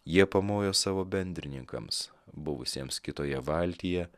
jie pamojo savo bendrininkams buvusiems kitoje valtyje